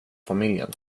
familjen